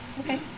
Okay